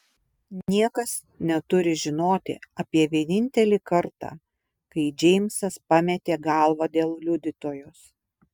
niekas neturi žinoti apie vienintelį kartą kai džeimsas pametė galvą dėl liudytojos